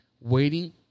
waiting